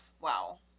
Wow